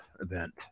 event